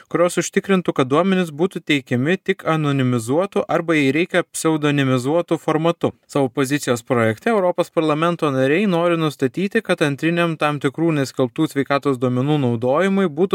kurios užtikrintų kad duomenys būtų teikiami tik anonimizuotu arba jei reikia pseudonimizuotu formatu savo pozicijos projekte europos parlamento nariai nori nustatyti kad antriniam tam tikrų neskelbtų sveikatos duomenų naudojimui būtų